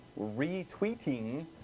retweeting